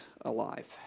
alive